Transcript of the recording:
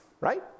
Right